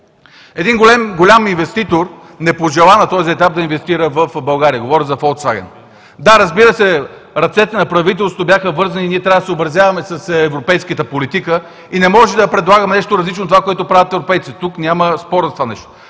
Един голям инвеститор не пожела на този етап да инвестира в България – говоря за „Фолксваген“. Да, разбира се, ръцете на правителството бяха вързани. Ние трябва да се съобразяваме с европейската политика и не може да предлагаме нещо различно от това, което правят европейците. Тук няма спор по това нещо.